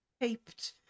taped